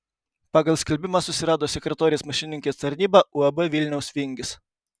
pagal skelbimą susirado sekretorės mašininkės tarnybą uab vilniaus vingis